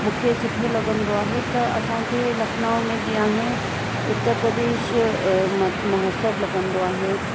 मूंखे सुठो लॻंदो आहे त असांजे लखनऊ में जीअं आहे उत्तर प्रदेश म महोत्सव लॻंदो आहे